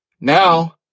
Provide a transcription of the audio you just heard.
Now